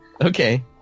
Okay